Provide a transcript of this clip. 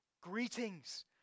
greetings